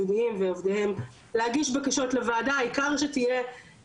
העיקר שתהיה איזו שהיא החלטה שתאפשר לא לנכות מהפיקדון,